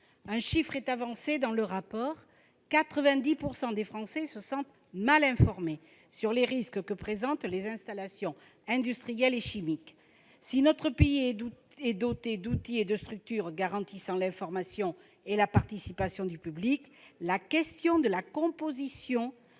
Un chiffre est avancé dans le rapport : 90 % des Français se sentent mal informés sur les risques que présentent les installations industrielles et chimiques. Si notre pays est doté d'outils et de structures garantissant l'information et la participation du public, la question de la composition